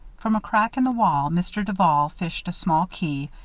from a crack in the wall, mr. duval fished a small key,